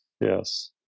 yes